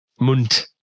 Munt